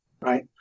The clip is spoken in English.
right